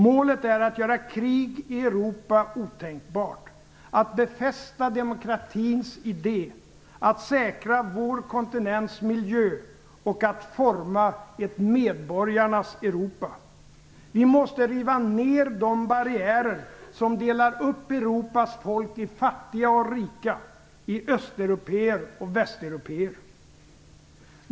Målet är att göra krig i Europa otänkbart, att befästa demokratins idé, att säkra vår kontinents miljö och att forma ett medborgarnas Europa. Vi måste riva ned de barriärer som delar upp Europas folk i fattiga och rika, i östeuropéer och västeuropéer.